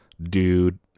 dude